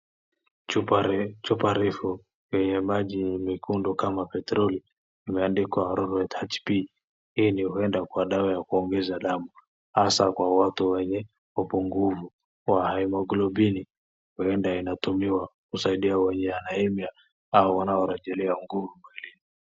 Chupa refu lenye maji mekundu kama petroli. Imeandikwa Horlicks HP . Hii huenda kwa dawa ya kuongeza damu, hasa kwa watu wenye upungufu wa hemoglobin . Huenda inatumiwa kusaidia wenye anaemia au wanaorejelea nguvu mwilini.